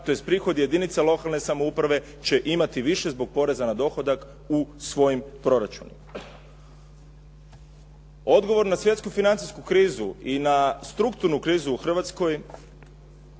tj. prihodi jedinica lokalne samouprave će imati više zbog poreza na dohodak u svojim proračunima. Odgovor na svjetsku financijsku krizu i na strukturnu krizu u Hrvatskoj.